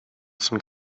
zum